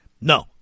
no